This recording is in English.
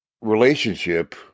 relationship